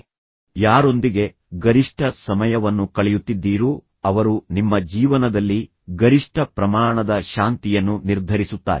ಆದ್ದರಿಂದ ನೀವು ಯಾರೊಂದಿಗೆ ಗರಿಷ್ಠ ಸಮಯವನ್ನು ಕಳೆಯುತ್ತಿದ್ದೀರೋ ಅವರು ನಿಮ್ಮ ಜೀವನದಲ್ಲಿ ಗರಿಷ್ಠ ಪ್ರಮಾಣದ ಸಂತೋಷ ಅಥವಾ ಶಾಂತಿಯನ್ನು ನಿರ್ಧರಿಸುತ್ತಾರೆ